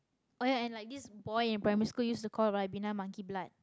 oh ya and like this boy in primary school used to call ribena monkey blood